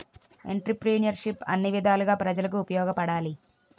ఎంటర్ప్రిన్యూర్షిప్ను అన్ని విధాలుగా ప్రజలకు ఉపయోగపడాలి